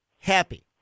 Happy